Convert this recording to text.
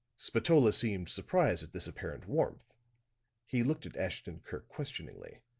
spatola seemed surprised at this apparent warmth he looked at ashton-kirk questioningly.